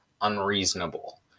unreasonable